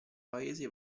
paese